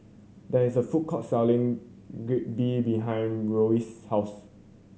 there is a food court selling Jalebi behind Reyes' house